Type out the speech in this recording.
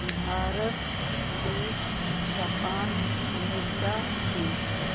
भारत रूस Japan America चीन